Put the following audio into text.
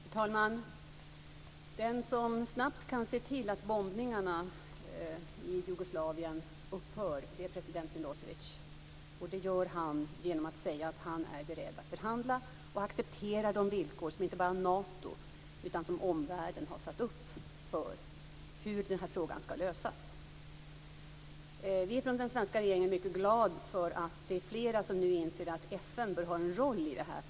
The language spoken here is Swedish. Fru talman! Den som snabbt kan se till att bombningarna i Jugoslavien upphör är president Milosevic, och det gör han genom att säga att han är beredd att förhandla och accepterar de villkor som inte bara Nato utan hela omvärlden har satt upp för hur den här frågan skall lösas. Vi är från den svenska regeringen mycket glada över att fler nu inser att FN bör ha en roll i det här.